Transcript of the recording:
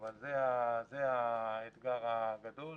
אבל זה האתגר הגדול.